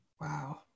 Wow